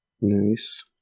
Nice